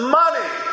money